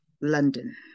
London